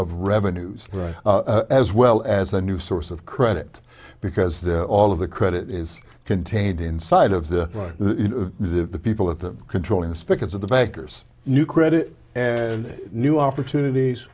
of revenues right as well as a new source of credit because all of the credit is contained inside of the the people at the control inspections of the bankers new credit and new opportunities